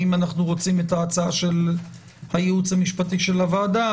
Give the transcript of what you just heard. האם אנו רוצים את ההצעה של הייעוץ המשפטי של הוועדה,